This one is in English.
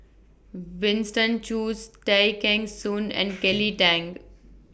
Winston Choos Tay Kheng Soon and Kelly Tang